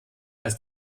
als